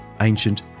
ancient